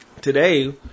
Today